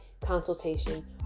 consultation